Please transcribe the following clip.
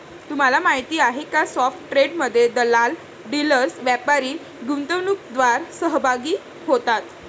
तुम्हाला माहीत आहे का की स्पॉट ट्रेडमध्ये दलाल, डीलर्स, व्यापारी, गुंतवणूकदार सहभागी होतात